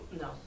No